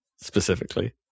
Specifically